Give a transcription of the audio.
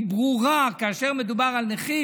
היא ברורה, כאשר מדובר על נכים.